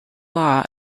law